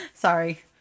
Sorry